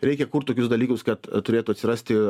reikia kurti tokius dalykus kad turėtų atsirasti